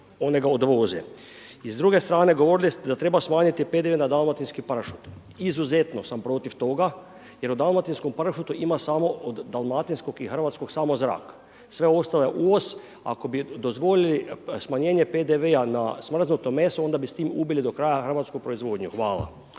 onda ga odvoze. I s druge strane govorili ste da treba smanjiti PDV na dalmatinski pršut. Izuzetno sam protiv toga jer o dalmatinskom pršutu ima samo o dalmatinskog i hrvatskog samo zrak, sve ostalo je uvoz. Ako bi dozvolili smanjenje PDV-a na smrznuto meso onda bi s tim ubili do kraja hrvatsku proizvodnju. Hvala.